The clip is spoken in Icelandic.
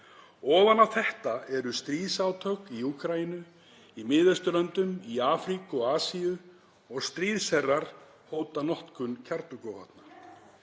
Ofan á þetta eru stríðsátök í Úkraínu, í Miðausturlöndum, í Afríku og Asíu og stríðsherrar hóta notkun kjarnorkuvopna.